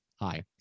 Hi